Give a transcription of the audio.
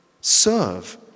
Serve